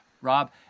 Rob